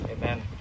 Amen